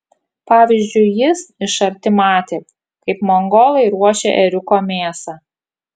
pavyzdžiui jis iš arti matė kaip mongolai ruošia ėriuko mėsą